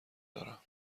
دارم